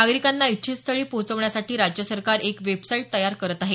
नागरिकांना इच्छित स्थळी पोहचण्यासाठी राज्य सरकार एक वेबसाइट तयार करत आहे